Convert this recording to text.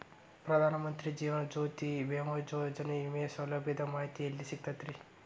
ಪ್ರಧಾನ ಮಂತ್ರಿ ಜೇವನ ಜ್ಯೋತಿ ಭೇಮಾಯೋಜನೆ ವಿಮೆ ಸೌಲಭ್ಯದ ಮಾಹಿತಿ ಎಲ್ಲಿ ಸಿಗತೈತ್ರಿ?